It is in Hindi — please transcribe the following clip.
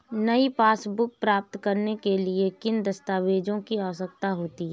नई पासबुक प्राप्त करने के लिए किन दस्तावेज़ों की आवश्यकता होती है?